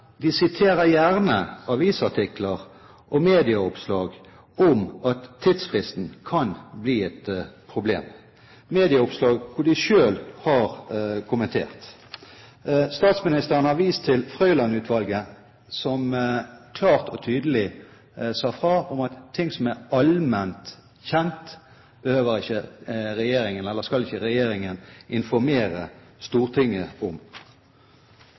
de siterer gjerne fra avisartikler og medieoppslag om at tidsfristen kan bli et problem – medieoppslag som de selv har kommentert. Statsministeren har vist til Frøiland-utvalget, som klart og tydelig sa fra om at ting som er allment kjent, skal ikke regjeringen informere Stortinget om.